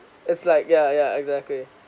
it's like yeah yeah exactly